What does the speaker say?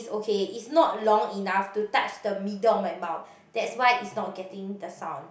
okay it's not long enough to touch the middle of my mouth that's why it's not getting the sound